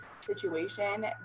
situation